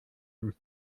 und